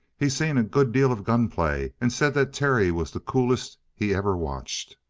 he's seen a good deal of gunplay, and said that terry's was the coolest he ever watched.